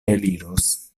eliros